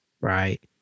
right